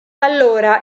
allora